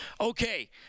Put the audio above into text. okay